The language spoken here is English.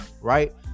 right